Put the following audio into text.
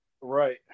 Right